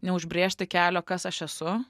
neužbrėžti kelio kas aš esu